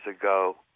ago